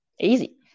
Easy